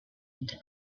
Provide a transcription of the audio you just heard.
into